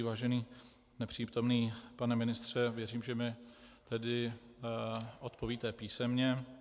Vážený nepřítomný pane ministře, věřím, že mi tedy odpovíte písemně.